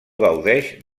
gaudeix